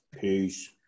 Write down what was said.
Peace